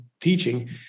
teaching